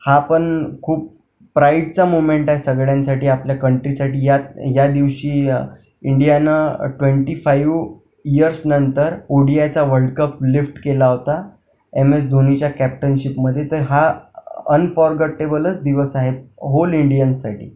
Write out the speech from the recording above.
हा पण खूप प्राईडचा मुमेंट आहे सगळ्यांसाठी आपल्या कंट्रीसाठी यात या दिवशी इंडियानं ट्वेन्टी फाईव्ह इयर्सनंतर ओ डी याचा वर्ल्डकप लिफ्ट केला होता एम एस धोनीच्या कॅप्टनशिपमध्ये तर हा अनफॉरगॉटेबलच दिवस आहे होल इंडियन्ससाठी